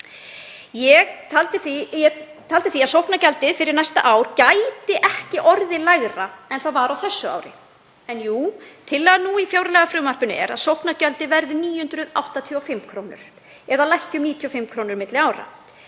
Ég taldi því að sóknargjaldið fyrir næsta ár gæti ekki orðið lægra en það var á þessu ári. En jú, tillaga nú í fjárlagafrumvarpinu er að sóknargjaldið verði 985 kr. eða lækki um 95 kr. milli ára.